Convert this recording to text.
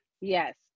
yes